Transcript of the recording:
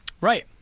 Right